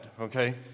okay